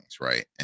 right